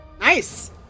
Nice